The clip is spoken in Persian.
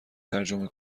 ترجمه